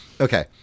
Okay